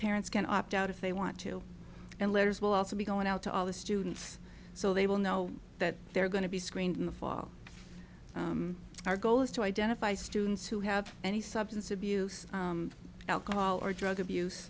parents can opt out if they want to and letters will also be going out to all the students so they will know that they're going to be screened in the fall our goal is to identify students who have any substance abuse alcohol or drug abuse